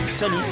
Salut